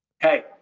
Hey